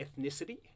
ethnicity